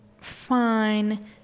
fine